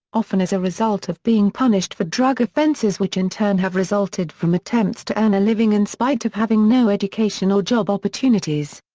often as a result of being punished for drug offenses which in turn have resulted from attempts to earn a living in spite of having no education or job opportunities.